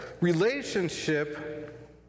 relationship